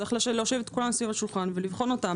צריך להושיב את כולם סביב השולחן ולבחון אותם.